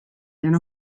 than